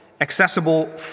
accessible